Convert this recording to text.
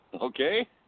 Okay